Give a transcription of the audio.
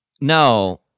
No